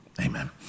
Amen